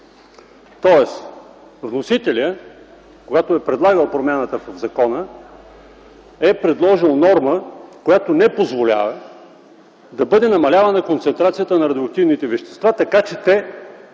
закон.” Вносителят, когато е предлагал промяната в закона, е предложил норма, която не позволява да бъде намалявана концентрацията на радиоактивните вещества, така че те,